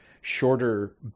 shorter